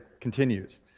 continues